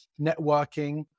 networking